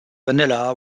manila